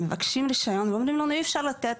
מבקשים רישיון ואומרים לנו שאי אפשר לתת.